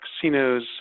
casinos